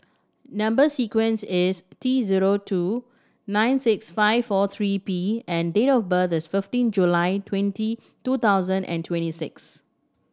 number sequence is T zero two nine six five four three P and date of birth is fifteen July twenty two thousand and twenty six